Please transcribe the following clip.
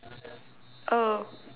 oh